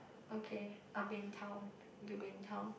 okay I'll be in town you'll be in town